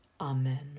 Amen